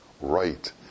right